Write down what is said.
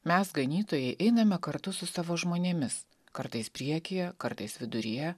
mes ganytojai einame kartu su savo žmonėmis kartais priekyje kartais viduryje